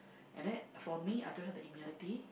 and then for me I don't have the immunity